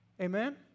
Amen